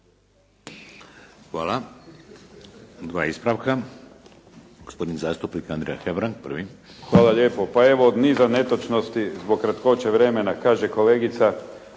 Hvala. 2 ispravka, gospodin zastupnik Andrija Hebrang prvi. **Hebrang, Andrija (HDZ)** Hvala lijepo. Pa evo, od niza netočnosti zbog kratkoće vremena kaže kolegica